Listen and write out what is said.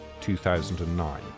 2009